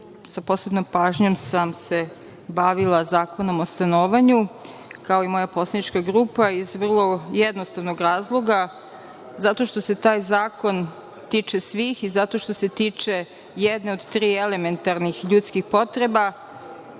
sa posebnom pažnjom sam se bavila Zakonom o stanovanju, kao i moja poslanička grupa, iz vrlo jednostavnog razloga, jer se taj zakon tiče svih i zato što se tiče jedne od tri elementarne ljudske potrebe.